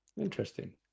Interesting